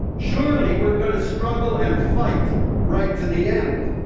surely we're going to struggle and fight right to the end.